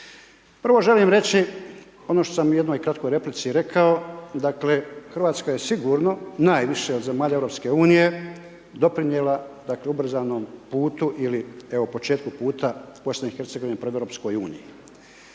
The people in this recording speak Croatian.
Prvo želim reći ono što sam i u jednoj kratkoj replici rekao, dakle, Hrvatska je sigurno najviše od zemalja EU, doprinijela dakle, ubrzanom putu ili početku puta BIH pred EU. Dakle ne samo kroz rezolucije